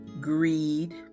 greed